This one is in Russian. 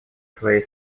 своей